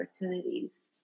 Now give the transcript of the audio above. opportunities